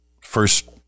first